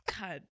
God